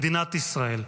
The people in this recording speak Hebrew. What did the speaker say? מדינת ישראל,